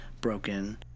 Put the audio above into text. broken